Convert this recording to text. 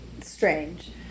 strange